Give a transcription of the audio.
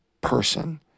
person